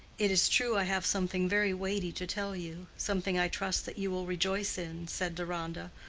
it is true i have something very weighty to tell you something i trust that you will rejoice in, said deronda,